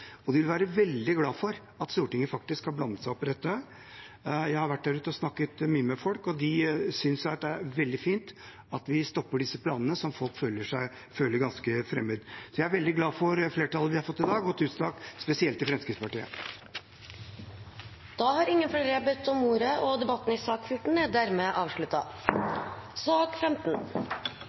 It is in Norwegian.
og de vil være veldig glad for at Stortinget faktisk har blandet seg opp i dette. Jeg har vært der ute og snakket mye med folk, og de synes det er veldig fint at vi stopper disse planene som folk føler er ganske fremmede. Jeg er veldig glad for det flertallet vi har fått i dag, og tusen takk spesielt til Fremskrittspartiet. Flere har ikke bedt om ordet til sak nr. 14. Etter ønske fra arbeids- og sosialkomiteen vil presidenten ordne debatten